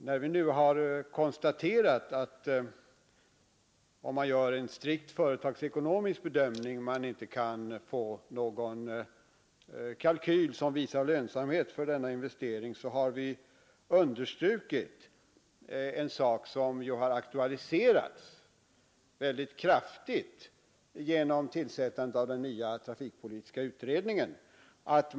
När vi nu har konstaterat att man, om man gör en strikt företagsekonomisk bedömning, inte kan få någon kalkyl som visar lönsamhet för denna investering, har vi understrukit en sak, som har aktualiserats väldigt kraftigt genom tillsättandet av den nya trafikpolitiska utredningen.